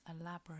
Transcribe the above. elaborate